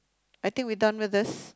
I think we done with this